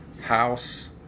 House